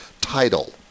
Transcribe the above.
title